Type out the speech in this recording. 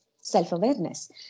self-awareness